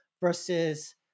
versus